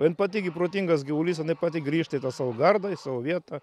jin pati gi protingas gyvulys jinai pati griežta į tą savo gardą į savo vietą